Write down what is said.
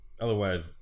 otherwise